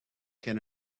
can